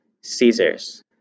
Caesar's